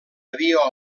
havia